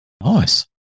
Nice